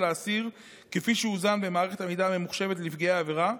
האסיר כפי שהוזן במערכת המידע הממוחשבת לנפגעי עבירה,